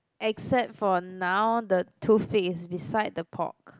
except for now the toothpick is beside the pork